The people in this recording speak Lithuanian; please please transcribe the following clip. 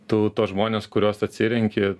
tu tuos žmones kuriuos atsirenki